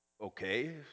okay